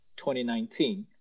2019